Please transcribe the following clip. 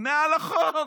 מעל החוק.